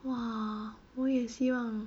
哇我也希望